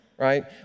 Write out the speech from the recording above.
right